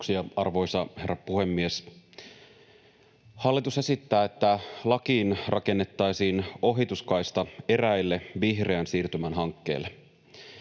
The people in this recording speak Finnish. arvoisa herra puhemies! Hallitus esittää, että lakiin rakennettaisiin ohituskaista eräille vihreän siirtymän hankkeille.